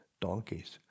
donkeys